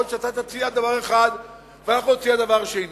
יכול להיות שאתה תציע דבר אחד ואנחנו נציע דבר שני,